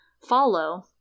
follow